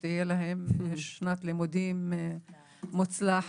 שתהיה להם שנת לימודים מוצלחת,